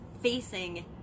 facing